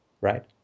right